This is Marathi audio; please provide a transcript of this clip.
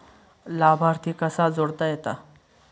लाभार्थी कसा जोडता येता?